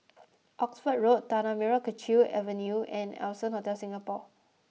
Oxford Road Tanah Merah Kechil Avenue and Allson Hotel Singapore